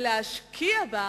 ולהשקיע בה